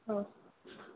औ